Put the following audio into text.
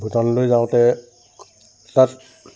ভূটানলৈ যাওঁতে তাত